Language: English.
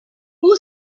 who